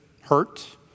hurt